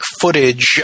footage